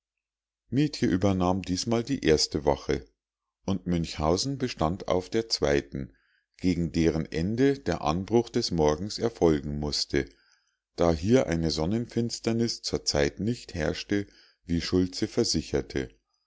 mietje übernahm diesmal die erste wache und münchhausen bestand auf der zweiten gegen deren ende der anbruch des morgens erfolgen mußte da hier eine sonnenfinsternis zur zeit nicht herrschte wie schultze versicherte